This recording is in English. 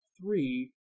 three